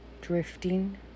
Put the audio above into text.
drifting